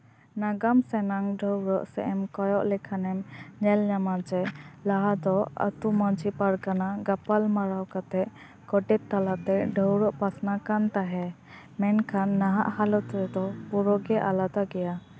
ᱱᱟᱜᱟᱢ ᱥᱟᱱᱟᱢ ᱰᱚᱜᱽ ᱥᱮᱱᱮᱢ ᱠᱚᱭᱚᱜ ᱞᱮᱠᱷᱟᱱᱮᱢ ᱧᱮᱞᱧᱟᱢᱟ ᱡᱮ ᱞᱟᱦᱟ ᱫᱚ ᱟᱹᱛᱩ ᱢᱟᱡᱷᱤ ᱯᱟᱨᱜᱟᱱᱟ ᱜᱟᱯᱟᱞ ᱢᱟᱨᱟᱣ ᱠᱟᱛᱮ ᱜᱚᱰᱮᱛ ᱛᱟᱞᱟᱛᱮ ᱰᱷᱟᱣᱨᱟᱹᱜ ᱯᱟᱥᱱᱟᱜ ᱠᱟᱱ ᱛᱟᱦᱮᱸᱫ ᱢᱮᱱᱠᱷᱱ ᱱᱟᱦᱟᱜ ᱦᱟᱞᱚᱛ ᱨᱮᱫᱚ ᱯᱩᱨᱟᱹᱜᱮ ᱟᱞᱟᱫᱟ ᱜᱮᱭᱟ